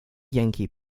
yankee